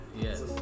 Yes